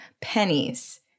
pennies